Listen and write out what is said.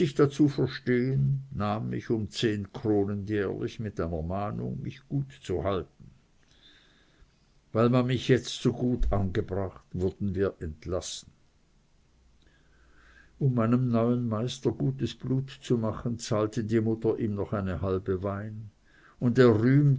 dazu verstehen nahm mich um zehn kronen jährlich mit einer mahnung mich gut zu halten weil man mich jetzt so gut angebracht wurden wir entlassen um meinem neuen meister gutes blut zu machen zahlte die mutter ihm noch eine halbe wein und er rühmte